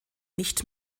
nicht